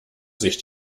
sich